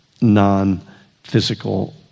non-physical